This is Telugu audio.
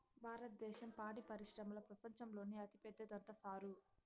భారద్దేశం పాడి పరిశ్రమల ప్రపంచంలోనే అతిపెద్దదంట సారూ